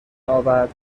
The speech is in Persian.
اورد